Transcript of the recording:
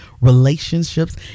relationships